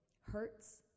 hurts